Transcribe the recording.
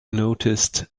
noticed